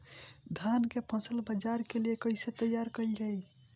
धान के फसल बाजार के लिए कईसे तैयार कइल जाए?